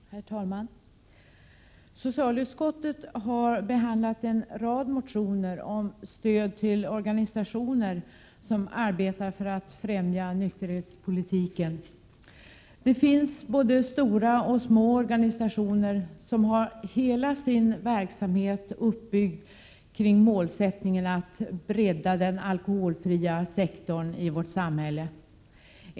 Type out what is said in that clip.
Herr talman! Socialutskottet har behandlat en rad motioner om stöd till organisationer som arbetar för att främja nykterhetspolitiken. Det finns både stora och små organisationer som har hela sin verksamhet uppbyggd kring målsättningen att bredda den alkoholfria sektorn i vårt samhälle.